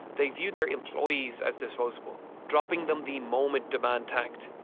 they viewed their employees as disposable. dropping them the moment demand tanked.